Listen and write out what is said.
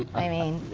i mean,